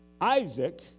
Isaac